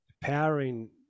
powering